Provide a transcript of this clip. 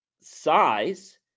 size